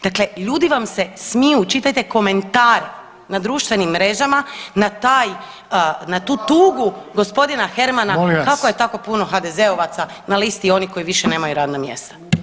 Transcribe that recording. Dakle, ljudi vam se smiju, čitajte komentare na društvenim mrežama na taj, na tu tugu gospodina Hermana [[Upadica: Molim vas.]] kako je tako puno HDZ-ovaca na listi onih koji više nemaju radna mjesta.